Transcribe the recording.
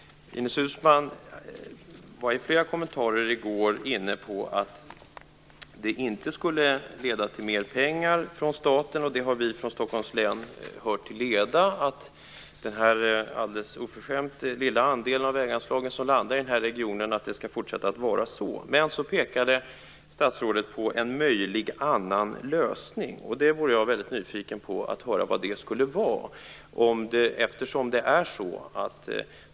Ines Uusmann var i flera kommentarer i går inne på att detta inte skulle leda till mer pengar från staten. Vi från Stockholms län har hört till leda att den alldeles oförskämt lilla del av väganslagen som hamnar i denna region skall fortsätta att ligga på samma nivå. Men så pekade statsrådet på en annan möjlig lösning. Jag är väldigt nyfiken på att höra vad det skulle vara.